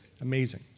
Amazing